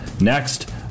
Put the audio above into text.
Next